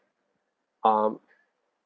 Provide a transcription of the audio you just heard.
um